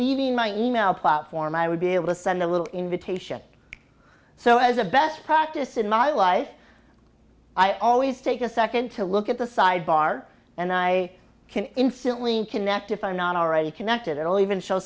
leaving my email platform i would be able to send a little invitation so as a best practice in my life i always take a second to look at the side bar and i can instantly connected are not already connected at all even show